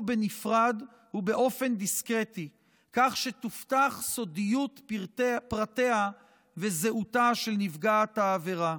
בנפרד ובאופן דיסקרטי כך שתובטח סודיות פרטיה וזהותה של נפגעת העבירה.